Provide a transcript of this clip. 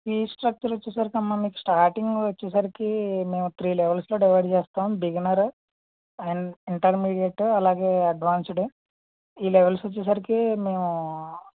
ఈ స్ట్రక్చర్ వచ్చేసరికి అమ్మ మీకు స్టార్టింగ్ వచ్చేసరికి మేము త్రీ లెవెల్స్లో డివైడ్ చేస్తాము బిగినరు అండ్ ఇంటర్మీడియటు అలాగే అడ్వాన్స్డ్ ఈ లెవెల్స్ వచ్చేసరికి మేము